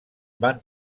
van